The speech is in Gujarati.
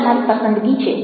તે તમારી પસંદગી છે